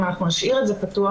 אם אנחנו נשאיר את זה פתוח,